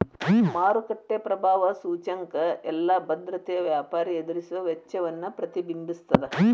ಮಾರುಕಟ್ಟೆ ಪ್ರಭಾವ ಸೂಚ್ಯಂಕ ಎಲ್ಲಾ ಭದ್ರತೆಯ ವ್ಯಾಪಾರಿ ಎದುರಿಸುವ ವೆಚ್ಚವನ್ನ ಪ್ರತಿಬಿಂಬಿಸ್ತದ